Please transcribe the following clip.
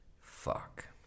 Fuck